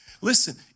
listen